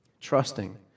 trusting